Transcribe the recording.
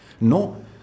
no